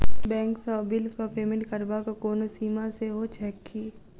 Bank सँ बिलक payment करबाक कोनो सीमा सेहो छैक की?